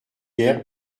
hier